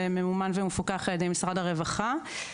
ממון ומפוקח על ידי משרד הרווחה.